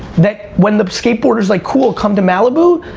that when the skateboarder's like, cool, come to malibu.